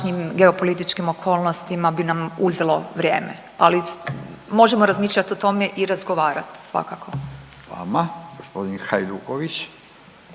geopolitičkim okolnostima bi nam uzelo vrijeme. Ali možemo razmišljati o tome i razgovarati svakako. **Radin, Furio